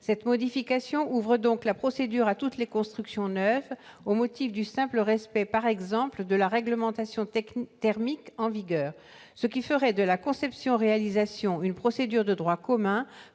de recourir à la procédure pour toutes les constructions neuves, au motif du simple respect, par exemple, de la réglementation thermique en vigueur, ce qui ferait de la conception-réalisation à une procédure de droit commun